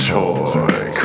Toy